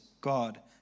God